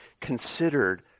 considered